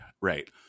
right